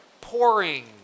pouring